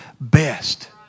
best